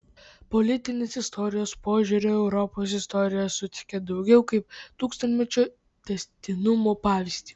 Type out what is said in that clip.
politinės istorijos požiūriu europos istorija suteikia daugiau kaip tūkstantmečio tęstinumo pavyzdį